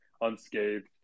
unscathed